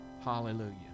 hallelujah